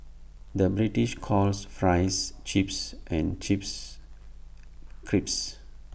the British calls Fries Chips and Chips Crisps